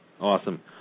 Awesome